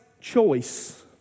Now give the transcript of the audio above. choice